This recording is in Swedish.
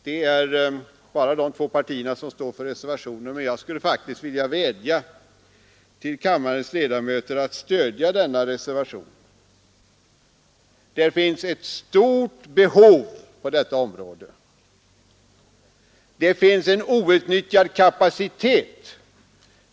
Det är bara dessa två partier som står för reservationen, men jag skulle faktiskt vilja vädja till kammarens ledamöter att stödja denna reservation. Det finns ett stort behov på detta område. Det finns en outnyttjad kapacitet.